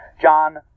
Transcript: John